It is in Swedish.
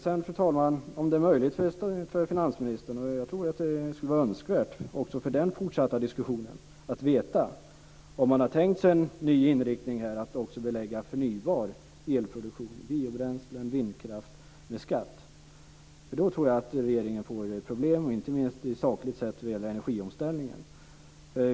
Fru talman! Om det är möjligt, finansministern, tror jag att det skulle vara önskvärt också för den fortsatta diskussionen att få veta om man har tänkt sig en ny inriktning här, dvs. att också belägga förnybar elproduktion - biobränslen och vindkraft - med skatt. I så fall tror jag att regeringen får problem, inte minst sakligt sett vad gäller energiomställningen.